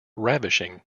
ravishing